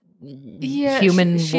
human